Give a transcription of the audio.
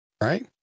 Right